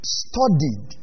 studied